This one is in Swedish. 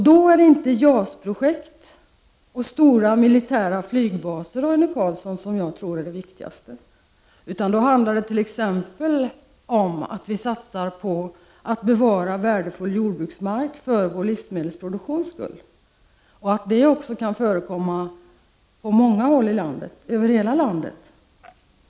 Då är det inte, Roine Carlsson, JAS-projekt och stora militära flygbaser som är det viktigaste. Då handlar det i stället t.ex. om att vi satsar på att för vår livsmedelsproduktions skull bevara värdefull jordbruksmark. Vi måste se till att jordbruksproduktion kan förekomma på många håll i landet, över hela landet.